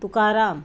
Tukaram